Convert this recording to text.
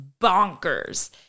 bonkers